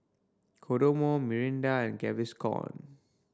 Kodomo Mirinda and Gaviscon